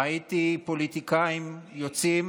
ראיתי פוליטיקאים יוצאים